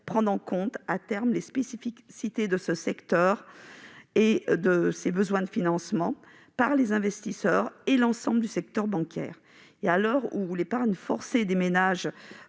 prendre en compte, à terme, les spécificités de ce secteur et de ses besoins de financement par les investisseurs et l'ensemble du secteur bancaire ? À l'heure où l'épargne forcée des ménages